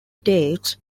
dates